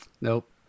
Nope